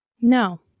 No